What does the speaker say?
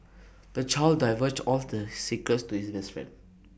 the child divulged all the secrets to his best friend